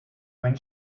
when